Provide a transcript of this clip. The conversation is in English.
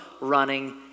running